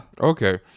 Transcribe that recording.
okay